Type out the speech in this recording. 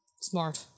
Smart